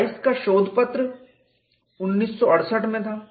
rice का शोध पत्र 1968 में था